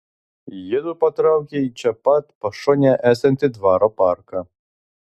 jiedu patraukia į čia pat pašonėje esantį dvaro parką